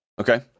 Okay